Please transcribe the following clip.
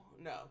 no